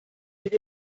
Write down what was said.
mit